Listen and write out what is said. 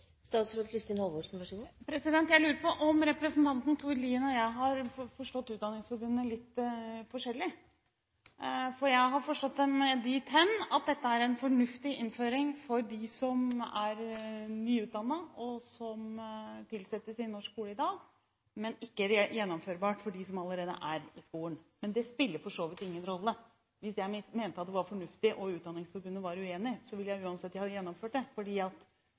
Jeg lurer på om representanten Tord Lien og jeg har forstått Utdanningsforbundet litt forskjellig. Jeg har forstått dem dit hen at dette er en fornuftig innføring for dem som er nyutdannet, og som tilsettes i norsk skole i dag, men det er ikke gjennomførbart for dem som allerede er i skolen. Men det spiller for så vidt ingen rolle. Hvis jeg mente at det var fornuftig, og Utdanningsforbundet var uenig, ville jeg uansett ha gjennomført det,